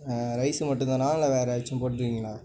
rice மட்டும்தானா இல்லை வேறு ஏதாச்சும் போடுறீங்களா